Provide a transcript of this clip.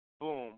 boom